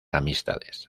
amistades